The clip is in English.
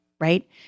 right